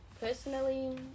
Personally